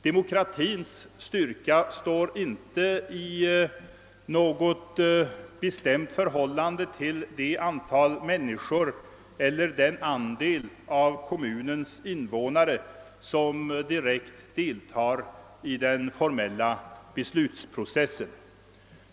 Demokratins styrka står inte i något bestämt förhållande till det antal människor eller den andel av kommunens invånare som direkt deltar i den formella beslutsprocessen.